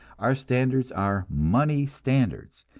our standards are money standards,